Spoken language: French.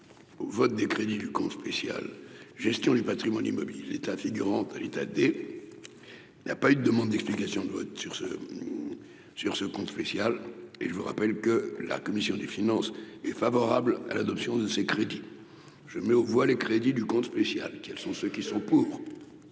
au vote des crédits du compte spécial, gestion du Patrimoine immobilier de l'État, l'état des il n'y a pas eu de demande d'explication de vote sur ce sur ce compte spécial et je vous rappelle que la commission des finances, est favorable à l'adoption de ces crédits, je mets aux voix les crédits du compte spécial qu'elles sont ceux qui sont pour.